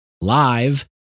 live